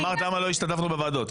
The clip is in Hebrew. אמרת למה לא השתתפנו בוועדות.